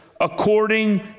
according